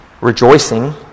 rejoicing